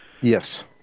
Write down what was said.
Yes